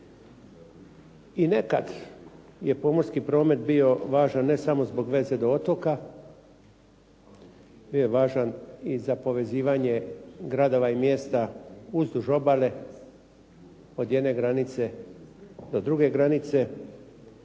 I nekad je pomorski promet bio važan ne samo zbog veze do otoka, bio je važan i za povezivanje gradova i mjesta uzduž obale od jedne granice do druge granice,